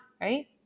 Right